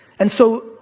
and so,